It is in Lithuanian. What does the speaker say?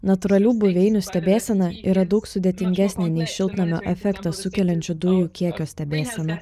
natūralių buveinių stebėsena yra daug sudėtingesnė nei šiltnamio efektą sukeliančių dujų kiekio stebėsena